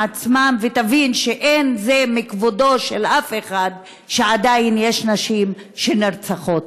ותבין שזה לא לכבודו של אף אחד שעדיין נשים נרצחות.